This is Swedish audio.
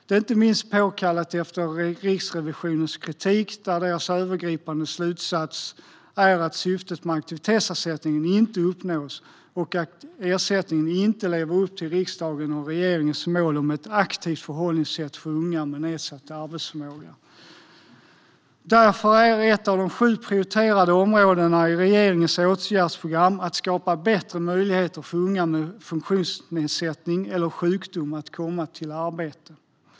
Det är inte minst påkallat efter Riksrevisionens kritik, där deras övergripande slutsats är att syftet med aktivitetsersättningen inte uppnås och att ersättningen inte lever upp till riksdagens och regeringens mål om ett aktivt förhållningssätt för unga med nedsatt arbetsförmåga. Därför är ett av de sju prioriterade områdena i regeringens åtgärdsprogram att skapa bättre möjligheter för unga med funktionsnedsättning eller sjukdom att komma i arbete.